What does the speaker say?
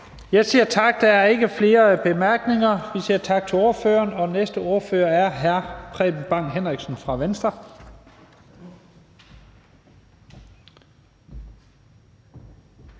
Jensen): Der er ikke flere korte bemærkninger, og vi siger tak til ordføreren. Næste ordfører er hr. Preben Bang Henriksen fra Venstre.